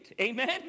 Amen